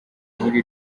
muri